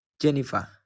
jennifer